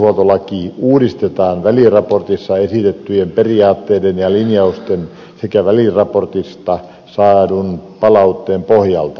sosiaalihuoltolaki uudistetaan väliraportissa esitettyjen periaatteiden ja linjausten sekä väliraportista saadun palautteen pohjalta